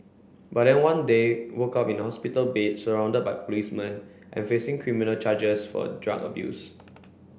but then one day woke up in a hospital bed surrounded by policemen and facing criminal charges for drug abuse